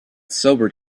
sobered